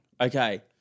Okay